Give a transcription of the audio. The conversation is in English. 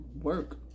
work